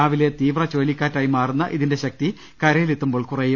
രാവിലെ തീവ്ര ചുഴലിക്കാ റ്റായി മാറുന്ന ഇതിന്റെ ശക്തി കരയിലെത്തുമ്പോൾ കുറയും